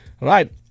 Right